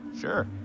Sure